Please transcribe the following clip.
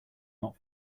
not